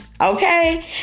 Okay